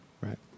Right